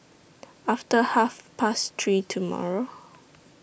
after Half Past three tomorrow